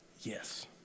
Yes